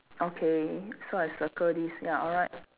okay so I circle this ya alright